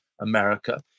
America